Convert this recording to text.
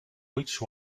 which